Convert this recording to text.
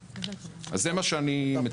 אז זה מה שאני מציע.